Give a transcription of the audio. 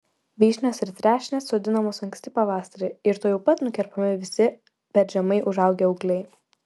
vyšnios ir trešnės sodinamos anksti pavasarį ir tuojau pat nukerpami visi per žemai užaugę ūgliai